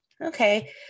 okay